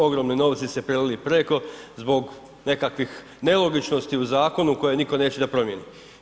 Ogromni novci se prelili preko zbog nekakvih nelogičnosti u zakonu koje nitko neće da promjeni.